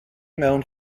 mewn